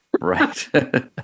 Right